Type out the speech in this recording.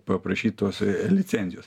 paprašyt tos licencijos